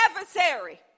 adversary